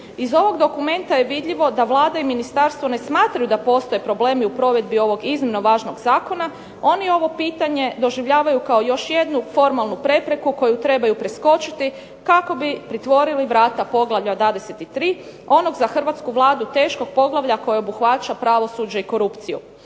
Iz ovog dokumenta je vidljivo da Vlada i ministarstvo ne smatraju da postoje problemi u provedbi ovog iznimno važnog zakona, oni ovo pitanje doživljavaju kao još jednu formalnu prepreku koju trebaju preskočiti kako bi pritvorili vrata poglavlja 23 onog za hrvatsku Vladu teškog poglavlja koje obuhvaća pravosuđe i korupciju.